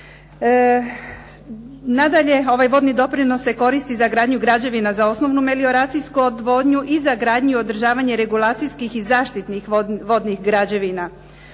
Nadalje, ovaj vodni doprinos se koristi za gradnju građevina za osnovnu melioracijsku odvodnju i za gradnju i održavanje regulacijskih i zaštitnih vodnih građevina.